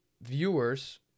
Viewers